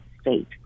state